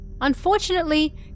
unfortunately